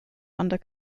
under